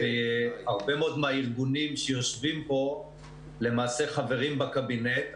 הרבה מאוד מהארגונים שיושבים פה למעשה חברים בקבינט.